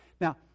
now